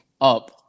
up